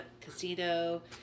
Casino